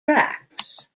tracks